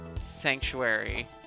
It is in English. Sanctuary